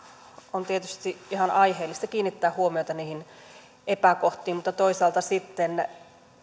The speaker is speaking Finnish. on tietysti ihan aiheellista kiinnittää huomiota niihin epäkohtiin mutta toisaalta sitten